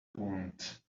wound